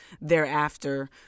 thereafter